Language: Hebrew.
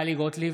טלי גוטליב,